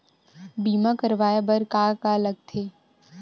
बीमा करवाय बर का का लगथे?